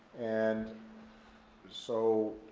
and so